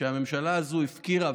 שהממשלה הזאת הפקירה,